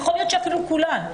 יכול להיות שאפילו כולן.